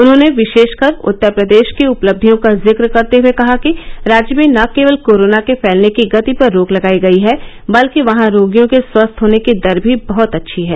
उन्होंने विशेषकर उत्तर प्रदेश की उपलब्धियों का जिक्र करते हुए कहा कि राज्य में न केवल कोरोना के फैलने की गति पर रोक लगाई गई है बल्कि वहां रोगियों के स्वस्थ होने की दर भी बहत अच्छी है